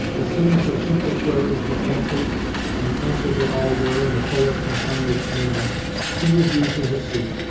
as soon as her simple queries were answered and answered they all were, in the fullest and kindest manner she withdrew to her seat,